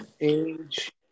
age